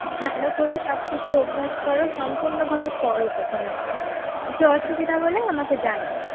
ভালো করে সব কিছু অভ্যাস করো সম্পূর্ণভাবে পড়ো প্রথমত কিছু অসুবিধা হলে আমাকে জানিও